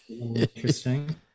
Interesting